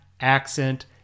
accent